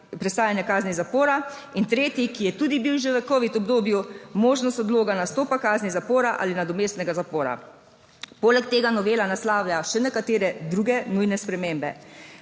in tretji, ki je tudi bil že v Covid obdobju, možnost odloga nastopa kazni zapora ali nadomestnega zapora. Poleg tega novela naslavlja še nekatere druge nujne spremembe.